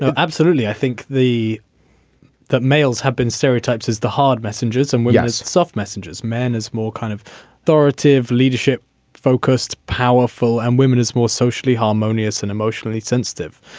um absolutely i think the that males have been stereotypes as the hard messengers and we as soft messengers men is more kind of authoritative leadership focused powerful and women is more socially harmonious and emotionally sensitive.